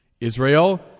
Israel